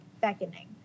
beckoning